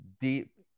deep